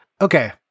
okay